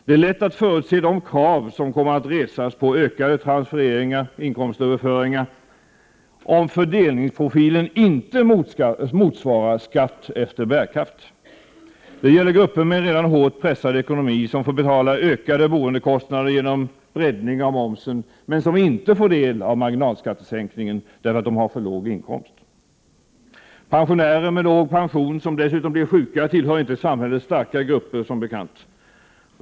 Det är lätt att förutse de krav som kommer att resas på ökade transfereringar, inkomstöverföringar, om fördelningsprofilen inte motsvarar skatt efter bärkraft. Det gäller grupper med en redan hårt pressad ekonomi som får betala ökande boendekostnader genom breddning av momsen men som inte får del av marginalskattesänkningen därför att de har för låg inkomst. Pensionärer med låg pension som dessutom blir sjuka tillhör inte samhällets starka grupper som bekant.